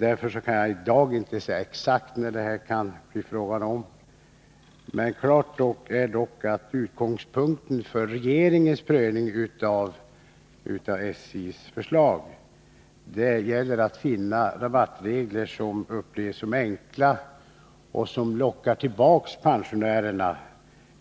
Därför kan jag i dag inte säga exakt när detta kan genomföras. Klart är dock att utgångspunkten för regeringens prövning av SJ:s förslag är att det gäller att finna rabattregler som upplevs som enkla och som lockar Nr 29 pensionärerna